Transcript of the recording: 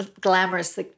glamorous